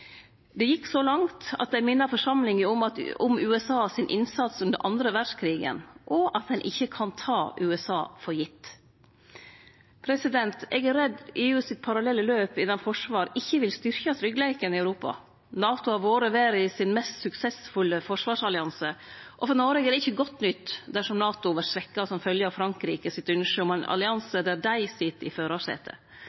Det gjekk så langt at dei minte forsamlinga om USAs innsats under den andre verdskrigen, og at ein ikkje kan ta USA for gitt. Eg er redd EU sitt parallelle løp innanfor forsvar ikkje vil styrkje tryggleiken i Europa. NATO har vore verdas mest suksessfulle forsvarsallianse, og for Noreg er det ikkje godt nytt dersom NATO vert svekt som følgje av Frankrikes ønske om ein